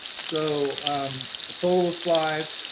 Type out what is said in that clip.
so a total of five.